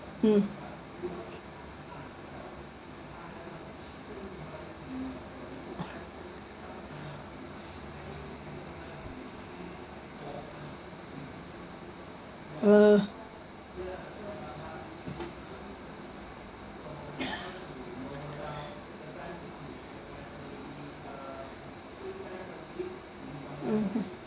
mm uh mm